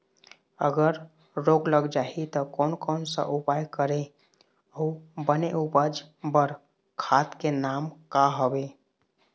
अगर रोग लग जाही ता कोन कौन सा उपाय करें अउ बने उपज बार खाद के नाम का हवे?